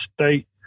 state